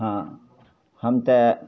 हँ हम तऽ